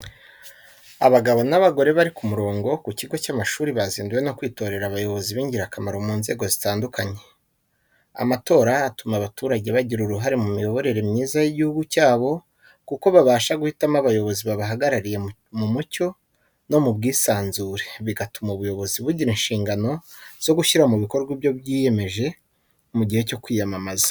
Abagabo n'abagore bari ku murongo ku kigo cy'amashuri bazinduwe no kwitorera abayozi b'ingirakamaro mu nzego zitandukanye. Amatora atuma abaturage bagira uruhare mu miyoborere myiza y’igihugu cyabo kuko babasha guhitamo abayobozi babahagarariye mu mucyo no mu bwisanzure, bigatuma ubuyobozi bugira inshingano zo gushyira mu bikorwa ibyo bwiyemeje mu gihe cyo kwiyamamaza.